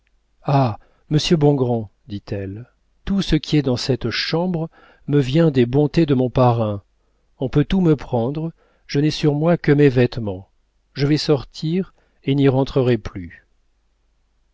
ah monsieur bongrand dit-elle tout ce qui est dans cette chambre me vient des bontés de mon parrain on peut tout me prendre je n'ai sur moi que mes vêtements je vais sortir et n'y rentrerai plus